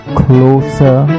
closer